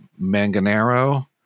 Manganero